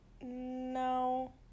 No